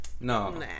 No